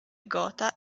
gotha